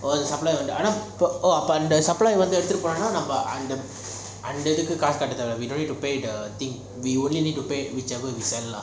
oh the supplier oh about the supplier வந்து எடுத்துட்டு பொன்னான நம்ம அந்த அந்த இதுக்கு காசு கட்ட தேவ இல்ல:vanthu eaduthutu ponana namma antha antha ithuku kaasu katta theava illa need to pay the thing we only need to pay the item sell lah